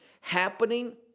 happening